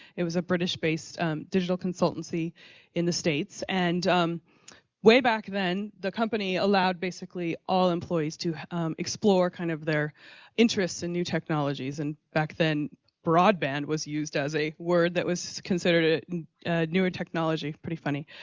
it was a british-based digital consultancy in the states. and way back then, the company allowed basically all employees to explore kind of their interest in new technologies and back then broadband was used as a word that was considered a newer technology pretty funny.